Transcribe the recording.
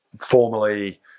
formally